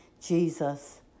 Jesus